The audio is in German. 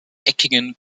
eckigen